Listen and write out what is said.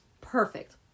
perfect